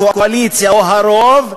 הקואליציה או הרוב,